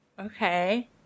Okay